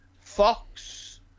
Fox